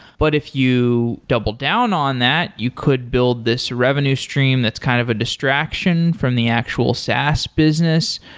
but if you double down on that, you could build this revenue stream that's kind of a distraction from the actual saas business.